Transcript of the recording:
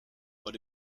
but